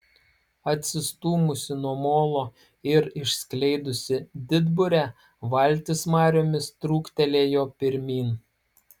atsistūmusi nuo molo ir išskleidusi didburę valtis mariomis trūktelėjo pirmyn